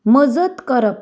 मजत करप